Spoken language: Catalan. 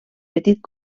petit